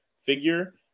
figure